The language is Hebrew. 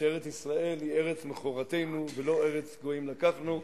שארץ-ישראל היא ארץ מכורתנו, ולא ארץ גויים לקחנו,